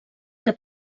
que